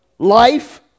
Life